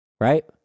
right